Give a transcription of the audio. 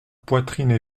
poitrine